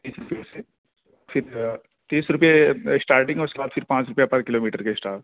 پھر تیس روپے اسٹارٹنگ میں اس کے بعد پھر پانچ روپیہ پر کلو میٹر کے ساتھ